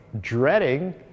dreading